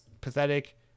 pathetic